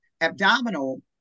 abdominal